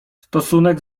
stosunek